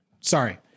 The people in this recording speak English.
Sorry